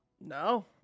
No